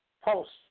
posts